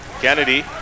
Kennedy